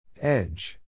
Edge